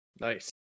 nice